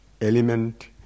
element